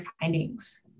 findings